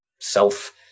self